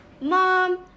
Mom